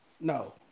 No